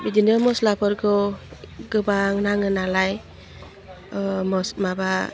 बिदिनो मस्लाफोरखौ गोबां नाङो नालाय मस माबा